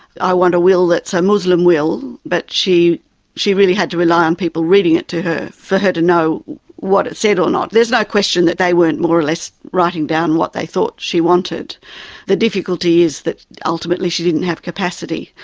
i want a will that's a muslim will but she she really had to rely on people reading it to her for her to know what it said or not. there's no question that they weren't more or less writing down what they thought she wanted the difficulty is that ultimately she didn't have capacity.